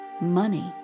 Money